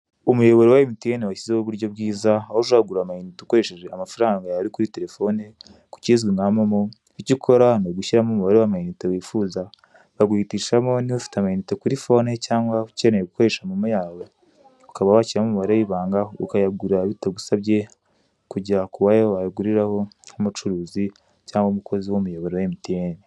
Umuyoboro wa emutiyene washyizeho uburyo bwiza aho ushobora kugura amayinite ari kuri fone, ku kizwi nka mpomo icyo ukora ni ugushyiramo umubare w'amayinite wifuza, baguhitishamo niba ufite amayinite kuri fone cyangwa ukeneye gukoresha momo yawe. Ugashyiramo umubare w'ibanga ukayagura bitagusabye kujya, aho bayagurira ,ku mucuruzi cyangwa ku mukozi w'umuyoboro wa emutiyene.